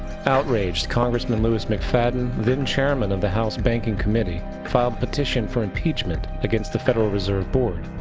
outraged, congressman louis mcfadden, then chairman of the house banking commitee, filed petition for impeachment against the federal reserve board,